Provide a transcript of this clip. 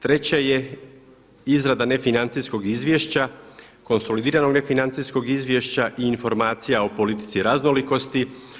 Treća je izrada nefinancijskog izvješća, konsolidiranog nefinancijskog izvješća i informacija o politici raznolikosti.